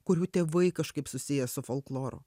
kurių tėvai kažkaip susiję su folkloru